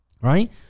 right